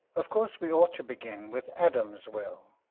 of course we ought to begin with adam's will,